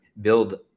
build